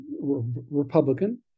Republican